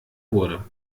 wurde